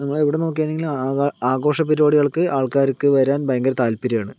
നമ്മള് എവിടെ നോക്കിയാലും ആ ആഘോഷ പരിപാടികൾക്ക് ആൾക്കാര്ക്ക് വരാൻ ഭയങ്കര താല്പര്യമാണ്